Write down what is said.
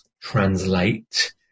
translate